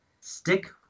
Stick